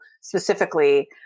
specifically